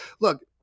Look